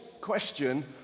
question